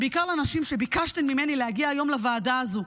ובעיקר לנשים שביקשו ממני להגיע היום לוועדה הזו,